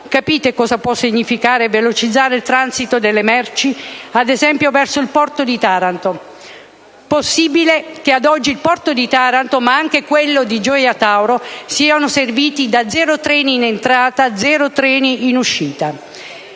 Capite cosa può significare velocizzare il transito delle merci, ad esempio, verso il porto di Taranto? Possibile che ad oggi il porto di Taranto, ma anche quello di Gioia Tauro, siano serviti da zero treni in entrata e zero treni in uscita?